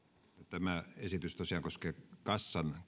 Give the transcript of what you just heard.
tämä esitys tosiaan koskee kassan